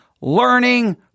learning